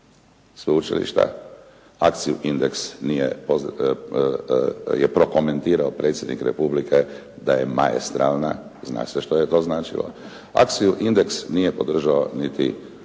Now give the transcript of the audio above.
Sveučilišta. Akciju “Indeks“ nije, je prokomentirao Predsjednik Republike da je maestralna. Zna se što je to značilo. Akciju “Indeks“ nije podržao niti